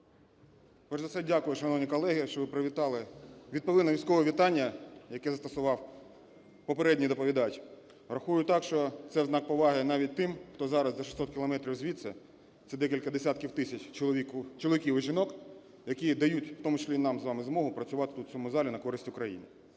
Перш за все дякую, шановні колеги, що ви привітали, відповіли на військове вітання, яке застосував попередній доповідач. Рахую так, що це знак поваги навіть тим, хто зараз за 600 кілометрів звідси, це декілька десятків тисяч чоловіків і жінок, які дають в тому числі і нам з вами змогу працювати тут в цьому залі на користь Україні.